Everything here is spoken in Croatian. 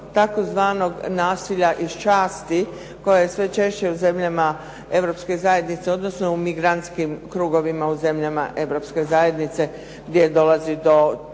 tzv. nasilja iz časti koje je sve češće u zemljama Europske zajednice odnosno u migrantskim krugovima u zemljama Europske zajednice gdje dolazi do čak